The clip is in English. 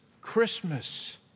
Christmas